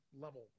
level